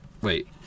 wait